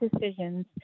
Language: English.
decisions